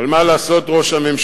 אבל מה לעשות, ראש הממשלה,